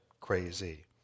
crazy